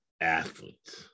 athletes